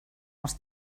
els